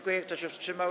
Kto się wstrzymał?